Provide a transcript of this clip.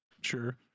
Sure